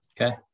Okay